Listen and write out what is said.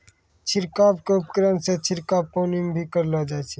छिड़काव क उपकरण सें छिड़काव पानी म भी करलो जाय छै